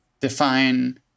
define